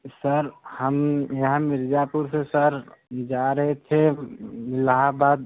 sir हम यहाँ मिर्जापुर से सर जा रहे थे इलाहाबाद